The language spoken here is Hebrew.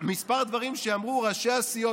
כמה דברים שאמרו ראשי הסיעות,